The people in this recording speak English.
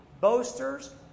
boasters